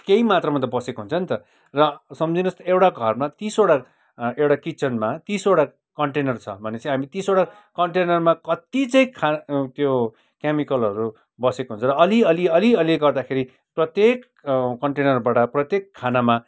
केही मात्रामा त पसेको हुन्छ नि त त र सम्झिनुहोस् एउटा घरमा तिसवटा एउटा किचनमा तिसवटा कन्टेनर छ भने चाहिँ हामी तिसवटा कन्टेनरमा कत्ति चाहिँ त्यो केमिकलहरू बसेको हुन्छ र अलिअलि अलिअलि गर्दाखेरि प्रत्येक कन्टेनरबाट प्रत्येक खानामा